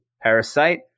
Parasite